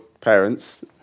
parents